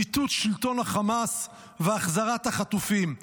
מיטוט שלטון החמאס והחזרת החטופים.